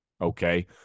okay